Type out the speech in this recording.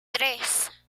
tres